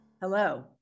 Hello